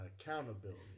accountability